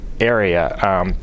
Area